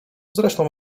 zresztą